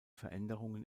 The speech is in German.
veränderungen